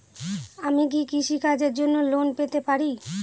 আমি কি কৃষি কাজের জন্য লোন পেতে পারি?